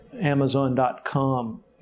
Amazon.com